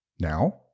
now